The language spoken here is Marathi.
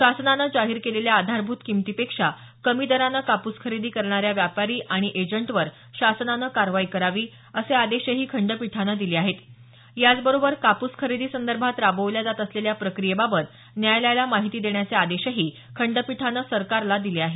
शासनानं जाहीर केलेल्या आधारभूत किमतीपेक्षा कमी दरानं कापूस खरेदी करणाऱ्या व्यापारी आणि एजंटांवर शासनानं कारवाई करावी असे आदेशही खंडपीठानं दिले आहेत याचबरोबर कापूस खरेदीसंदर्भात राबवल्या जात असलेल्या प्रक्रियेबाबत न्यायालयाला माहिती देण्याचे आदेश खंडपीठानं सरकारला दिले आहेत